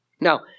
Now